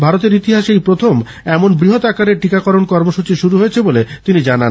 ভারতের ইতিহাসে এই প্রথম এমন বৃহৎ আকারে টীকাকরণ কর্মসূচী শুরু হয়েছে বলে তিনি জানান